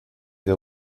que